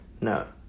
no